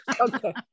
okay